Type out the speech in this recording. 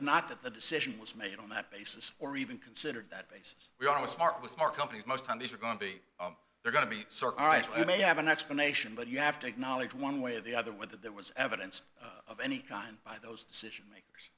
not that the decision was made on that basis or even considered that basis we always start with our companies most of these are going to be they're going to be alright i may have an explanation but you have to acknowledge one way or the other with that that was evidence of any kind by those decision makers